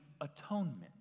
atonement